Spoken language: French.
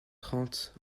trente